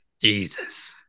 Jesus